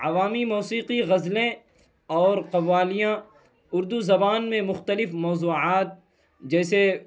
عوامی موسیقی غزلیں اور قوالیاں اردو زبان میں مختلف موضوعات جیسے